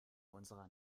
unserer